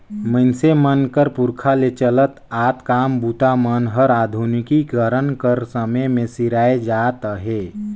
मइनसे मन कर पुरखा ले चलत आत काम बूता मन हर आधुनिकीकरन कर समे मे सिराए जात अहे